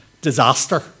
disaster